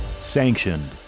Sanctioned